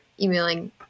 emailing